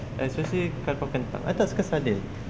especially curry puff kenang I tak suka sardine